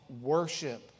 worship